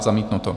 Zamítnuto.